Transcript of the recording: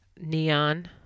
Neon